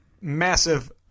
massive